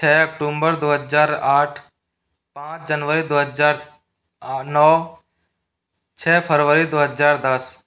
छः अक्टूंबर दो हज़ार आठ पाँच जनवरी दो हज़ार नौ छः फरवरी दो हज़ार दस